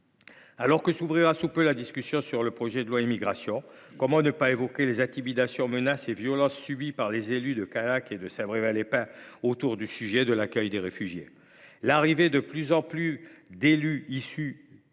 Alors que s’ouvrira sous peu la discussion sur le projet de loi Immigration, comment ne pas évoquer les intimidations, menaces et violences subies par les élus de Callac et de Saint Brevin les Pins à propos de l’accueil des réfugiés ?